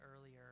earlier